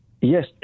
Yes